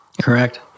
Correct